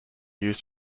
used